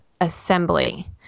assembly